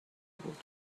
بود